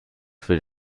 für